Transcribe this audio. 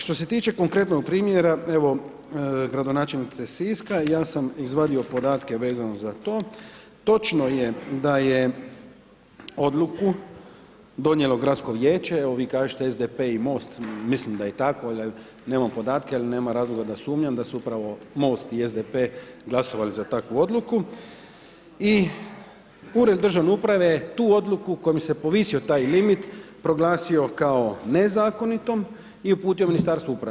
Što se tiče konkretnog primjera, evo gradonačelnice Siska, ja sam izvadio podatke vezano za to, točno je da je odluku donijelo Gradsko vijeće, evo vi kažete SDP i MOST, mislim da je tako, nemam podatke, al nema razloga da sumnjam da su upravo MOST i SDP glasovali za takvu odluku i Ured državne uprave je tu odluku kojom se povisio taj limit proglasio kao nezakonitom i uputio Ministarstvu uprave.